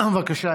בבקשה,